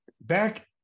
back